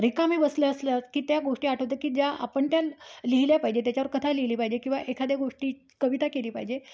रिकामी बसल्या असल्यास की त्या गोष्टी आठवतात की ज्या आपण त्या लिहिल्या पाहिजे त्याच्यावर कथा लिहिली पाहिजे किंवा एखाद्या गोष्टी कविता केली पाहिजे